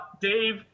Dave